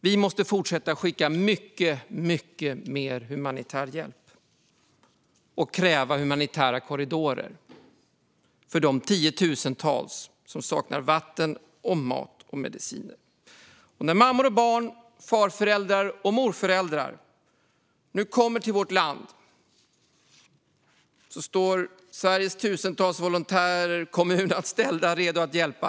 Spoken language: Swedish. Vi måste fortsätta skicka mycket mer humanitär hjälp och kräva humanitära korridorer för de tiotusentals som saknar vatten, mat och mediciner. När mammor och barn och farföräldrar och morföräldrar nu kommer till vårt land står Sveriges tusentals volontärer och kommunanställda redo att hjälpa.